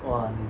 !wah!